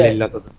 ah another